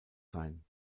sein